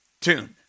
tune